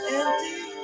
empty